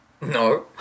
No